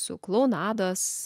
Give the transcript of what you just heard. su klounados